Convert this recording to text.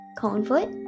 Conefoot